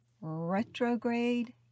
retrograde